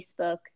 Facebook